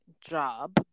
job